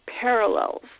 parallels